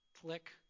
Click